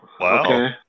Wow